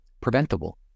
preventable